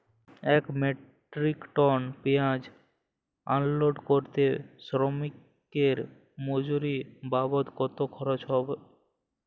এক metric ton পেঁয়াজ unload করতে শ্রমিকের মজুরি বাবদ কত খরচ হয়?